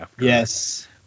Yes